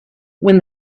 when